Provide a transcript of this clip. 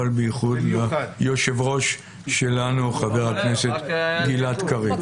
אבל בייחוד ליושב-ראש שלנו, חבר הכנסת גלעד קריב.